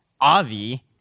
Avi